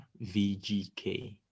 VGK